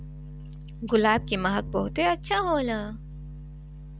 गुलाब के महक बहुते अच्छा होला